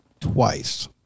twice